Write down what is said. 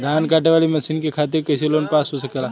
धान कांटेवाली मशीन के खातीर कैसे लोन पास हो सकेला?